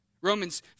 Romans